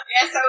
Yes